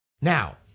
Now